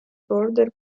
border